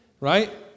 right